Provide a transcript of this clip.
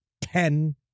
ten